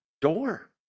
Door